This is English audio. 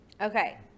okay